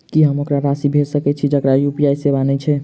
की हम ओकरा राशि भेजि सकै छी जकरा यु.पी.आई सेवा नै छै?